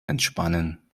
entspannen